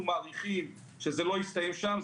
אנחנו מעריכים שזה לא יסתיים שם.